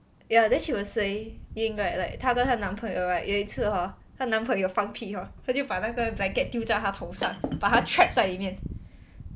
ya then she was saying right like 她跟她男朋友 right 有一次 hor 她男朋友放屁 hor 他就把那个 blanket 丢在他头上把他 trap 在里面